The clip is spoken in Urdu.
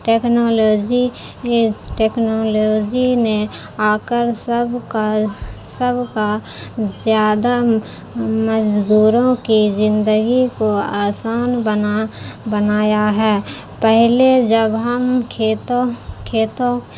ٹیکنالوجی ٹیکنالوجی نے آ کر سب کا سب کا زیادہ مزدوروں کی زندگی کو آسان بنا بنایا ہے پہلے جب ہم کھیتوں کھیتوں